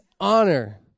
honor